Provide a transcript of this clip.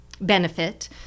benefit